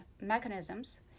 mechanisms